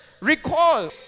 Recall